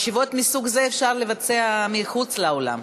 ישיבות מסוג זה אפשר לקיים מחוץ לאולם.